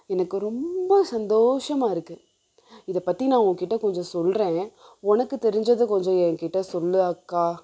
எனக்கு ரொம்ப சந்தோஷமாக இருக்குது இதைப்பத்தி நான் உங்கிட்ட கொஞ்சம் சொல்கிறேன் உனக்கு தெரிஞ்சதை கொஞ்சம் எங்க்கிட்ட சொல்லு அக்கா